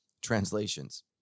translations